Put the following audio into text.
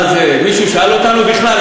מה זה, מישהו שאל אותנו בכלל?